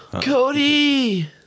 Cody